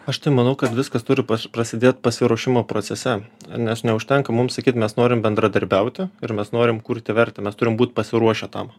aš tai manau kad viskas turi prasidėt pasiruošimo procese nes neužtenka mum sakyt mes norime bendradarbiauti ir mes norime kurti vertę mes turim būti pasiruošę tam